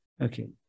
Okay